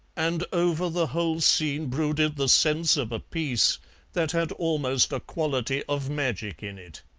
and over the whole scene brooded the sense of a peace that had almost a quality of magic in it.